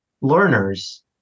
learners